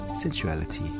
sensuality